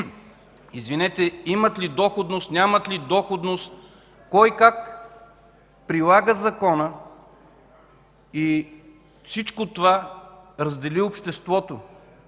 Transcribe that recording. пирамиди, имат ли доходност, нямат ли доходност, кой как прилага закона? Всичко това раздели обществото.